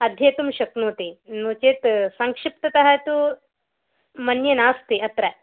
अध्येतुं शक्नोति नो चेत् संक्षिप्ततः तु मन्ये नास्ति अत्र